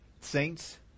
saints